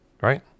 right